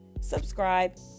subscribe